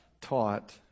taught